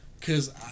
Cause